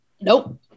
Nope